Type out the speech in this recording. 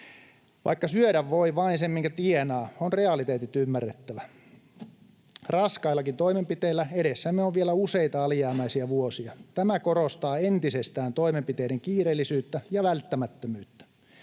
Vaikka syödä voi vain sen, minkä tienaa, on realiteetit ymmärrettävä. Raskaillakin toimenpiteillä edessämme on vielä useita alijäämäisiä vuosia. Tämä korostaa entisestään toimenpiteiden kiireellisyyttä ja välttämättömyyttä.